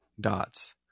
dots